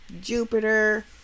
Jupiter